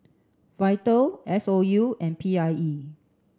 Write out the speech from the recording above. VITAL S O U and P I E